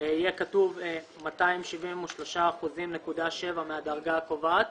יהיה כתוב "273.7% מהדרגה הקובעת